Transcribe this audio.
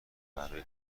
برای